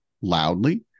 loudly